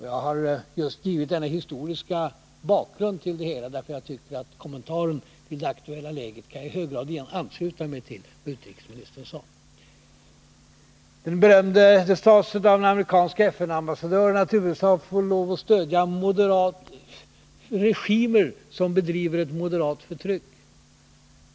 Jag har velat ge denna historiska bakgrund. Som kommentar till det aktuella läget kan jag i hög grad ansluta mig till vad utrikesministern sade. Det sades av den amerikanske FN-ambassadören att USA får lov att stödja regimer som bedriver ett moderat förtryck.